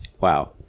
Wow